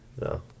No